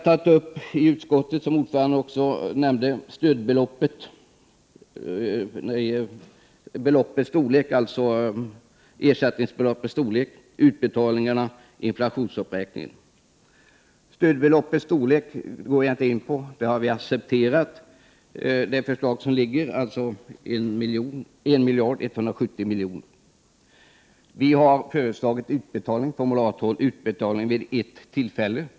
Som utskottets ordförande nämnde har vi i utskottet diskuterat stödbeloppets storlek, utbetalningarna och inflationsuppräkningen. Stödbeloppets storlek går jag inte in på, eftersom vi har accepterat det förslag som har lagts fram, dvs. 1 170 milj.kr. Vi moderater har föreslagit att utbetalning skall ske vid ett tillfälle per år.